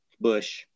Bush